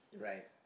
Right